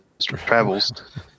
travels